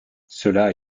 cela